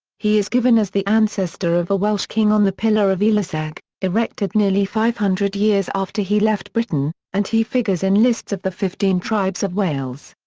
he is given as the ancestor of a welsh king on the pillar of eliseg, erected nearly five hundred years after he left britain, and he figures in lists of the fifteen tribes of wales.